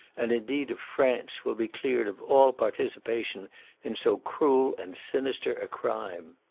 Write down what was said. and indeed of france, will be cleared of all participation in so cruel and sinister crime.